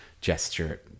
gesture